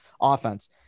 offense